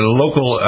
local